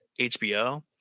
HBO